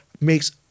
makes